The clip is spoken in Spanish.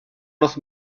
nos